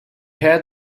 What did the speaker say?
had